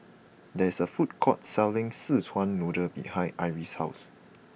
there is a food court selling Szechuan Noodle behind Iris' house